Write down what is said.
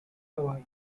hawaii